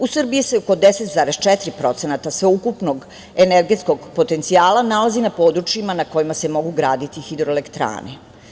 U Srbiji se oko 10,4% sveukupnog energetskog potencijala nalazi na područjima na kojima se mogu graditi hidroelektrane.